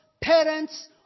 parents